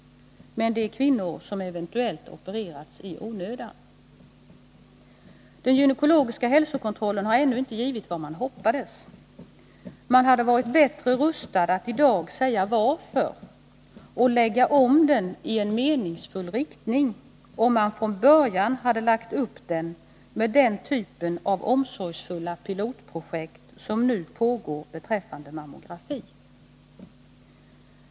Men värre är att kvinnor kan ha opererats i onödan. Den gynekologiska hälsokontrollen har ännu inte givit vad man hoppades. Om man från början hade lagt upp den i form av omsorgsfulla pilotprojekt — sådana som nu görs beträffande mammografin — så skulle man måhända i dag ha varit bättre rustad att kunna lägga upp den på ett meningsfullt sätt.